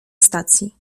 stacji